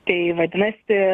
tai vadinasi